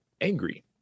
angry